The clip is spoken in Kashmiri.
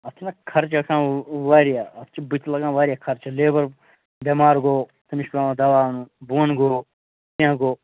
اَتھ چھُنہ خرچہٕ آسان واریاہ اَتھ چھِ بہٕ تہِ لَگان واریاہ خرچ لیبَر بٮ۪مار گوٚو تٔمِس چھُ پیوان دَوا اُنن بۄن گوٚو کینٛہہ گوٚو